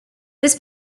this